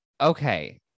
Okay